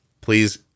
please